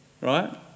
Right